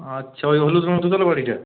আচ্ছা ওই হলুদ রঙের দোতলা বাড়িটা